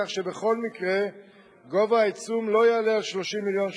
כך שבכל מקרה גובה העיצום לא יעלה על 30 מיליון שקל.